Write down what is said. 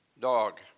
dog